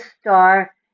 star